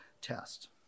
test